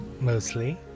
mostly